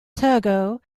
togo